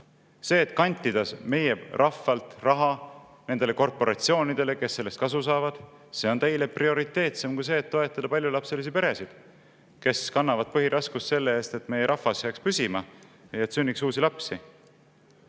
küsimus. Kantida meie rahvalt raha nendele korporatsioonidele, kes sellest kasu saavad, on teile prioriteetsem kui see, et toetada paljulapselisi peresid, kes kannavad põhiraskust selle eest, et meie rahvas jääks püsima ja sünniks lapsi.